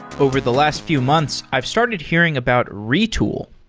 over the last few months, i've started hearing about retool.